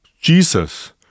Jesus